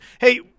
Hey